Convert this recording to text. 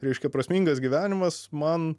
reiškia prasmingas gyvenimas man